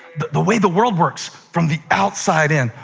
the the way the world works, from the outside in,